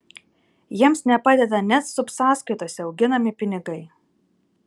jiems nepadeda net subsąskaitose auginami pinigai